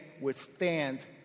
withstand